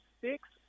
six